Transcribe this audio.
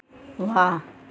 वाह